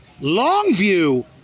Longview